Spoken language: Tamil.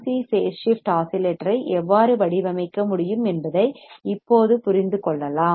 சி RC பேஸ் ஷிப்ட் ஆஸிலேட்டரை எவ்வாறு வடிவமைக்க முடியும் என்பதை இப்போது புரிந்து கொள்ளலாம்